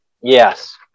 Yes